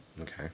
okay